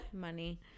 Money